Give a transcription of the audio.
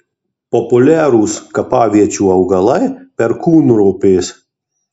populiarūs kapaviečių augalai perkūnropės